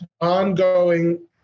ongoing